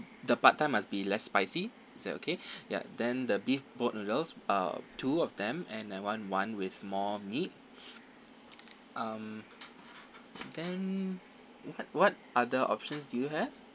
the pad thai must be less spicy is that okay ya then the beef boat noodles uh two of them and I want one with more meat um then what what other options do you have